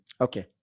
Okay